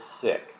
sick